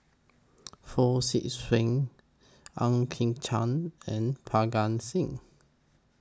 Fong Swee Suan Ang Chwee Chai and Parga Singh